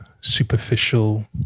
superficial